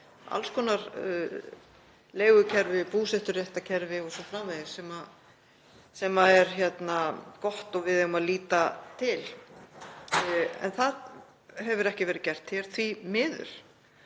alls konar leigukerfi, búseturéttarkerfi o.s.frv. sem eru góð og við eigum að líta til. En það hefur ekki verið gert hér, því miður.